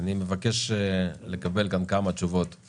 אני מבקש לקבל גם כמה תשובות על